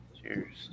Cheers